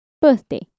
Birthday